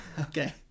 Okay